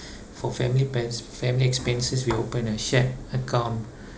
for family pens~ family expenses we open a shared account